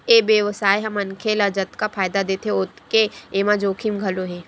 ए बेवसाय ह मनखे ल जतका फायदा देथे ओतके एमा जोखिम घलो हे